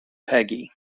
peggy